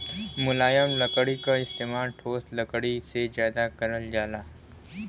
मुलायम लकड़ी क इस्तेमाल ठोस लकड़ी से जादा करल जाला